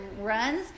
runs